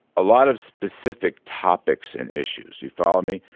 a lot of specific topics and issues. you follow me?